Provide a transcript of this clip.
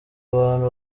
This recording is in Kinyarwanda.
abantu